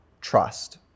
trust